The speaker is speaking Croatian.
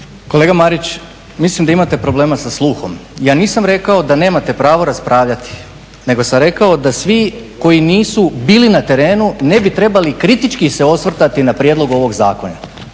Kolega Marić, mislim da imate problema sa sluhom. Ja nisam rekao da nemate pravo raspravljati, nego sam rekao da svi koji nisu bili na terenu ne bi trebali kritički se osvrtati na prijedlog ovog zakona,